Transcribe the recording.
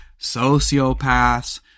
sociopaths